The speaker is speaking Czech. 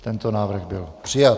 Tento návrh byl přijat.